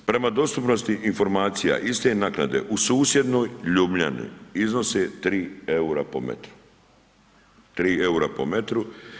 Prema dostupnosti informacijama iste naknade u susjednoj Ljubljani iznose 3 eura po metru.